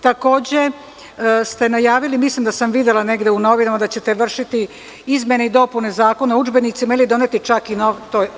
Takođe ste najavili, mislim da sam videla negde u novinama, da ćete vršiti izmene i dopune Zakona o udžbenicima ili doneti čak i nov.